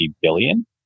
billion